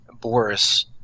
Boris